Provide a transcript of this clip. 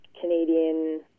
Canadian